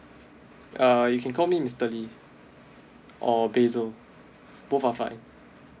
uh you can call me mister lee or bazel both are fine